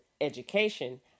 education